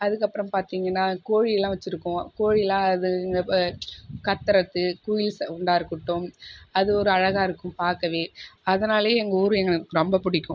அதற்கப்பறம் பார்த்தீங்கன்னா கோழிலாம் வச்சுருக்கோம் கோழிலாம் அது இந்த இப்போ கத்தறது குயில் சவுண்டாக இருக்கட்டும் அது ஒரு அழகாக இருக்கும் பார்க்கவே அதனாலேயே எங்கள் ஊர் எங்களுக்கு ரொம்ப பிடிக்கும்